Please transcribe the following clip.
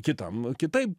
kitam kitaip